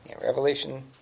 Revelation